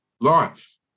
life